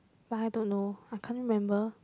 but I don't know I can't remember